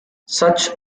such